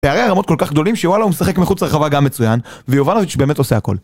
פערי הרמות כל כך גדולים שוואלה הוא משחק מחוץ לרחבה גם מצוין, ויובנוביץ' באמת עושה הכל.